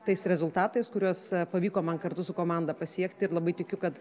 tais rezultatais kuriuos pavyko man kartu su komanda pasiekti ir labai tikiu kad